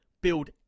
build